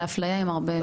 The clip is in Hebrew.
האפליה עם הרבה.